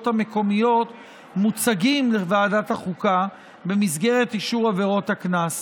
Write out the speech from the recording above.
המקומיות מוצגים לוועדת החוקה במסגרת אישור עבירות הקנס.